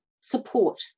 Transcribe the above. support